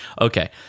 Okay